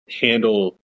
handle